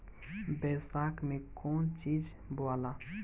बैसाख मे कौन चीज बोवाला?